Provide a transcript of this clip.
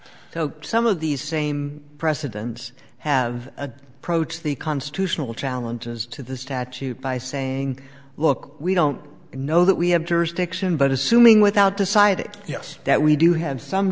situation some of these same presidents have a pro to the constitutional challenges to the statute by saying look we don't know that we have jurisdiction but assuming without decided yes that we do have some